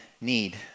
need